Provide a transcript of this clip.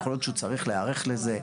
יכול להיות שהוא צריך להיערך לזה.